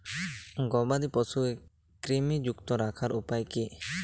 গবাদি পশুকে কৃমিমুক্ত রাখার উপায় কী?